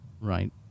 Right